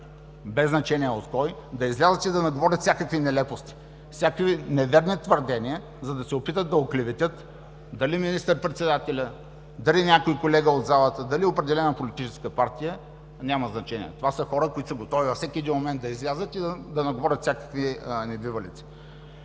без значение от кой, да излязат и да наговорят всякакви нелепости, всякакви неверни твърдения, за да се опитат да оклеветят дали министър-председателя, дали някой колега от залата, дали определена политическа партия – няма значение. Това са хора, които са готови във всеки един момент да излязат и да наговорят всякакви небивалици.